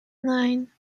nine